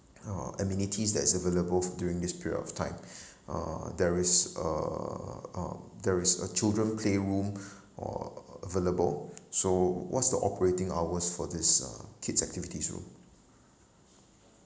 uh amenities that is available during this period of time uh there is uh um there is a children playroom uh available so what's the operating hours for this uh kids' activity's room